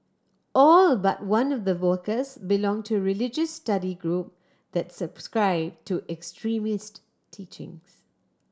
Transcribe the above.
all but one of the workers belong to religious study group that subscribe to extremist teachings